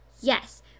Yes